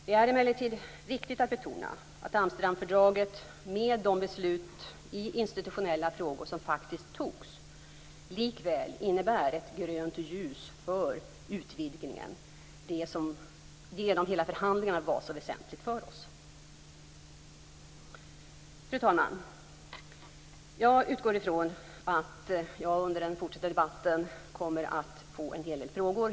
Det är emellertid viktigt att betona att Amsterdamfördraget, med de beslut i institutionella frågor som faktiskt fattades, likväl innebär ett grönt ljus för utvidgningen - det som genom hela förhandlingarna var så väsentligt för oss. Fru talman! Jag utgår från att jag under den fortsatta debatten kommer att få en hel del frågor.